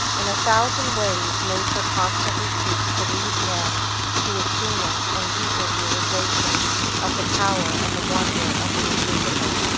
in a thousand ways nature constantly seeks to lead men to a keener and deeper realization of the power and the wonder of the invisible.